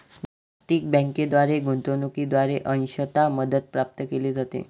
जागतिक बँकेद्वारे गुंतवणूकीद्वारे अंशतः मदत प्राप्त केली जाते